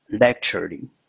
Lecturing